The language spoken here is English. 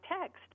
text